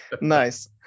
Nice